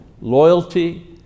loyalty